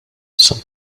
some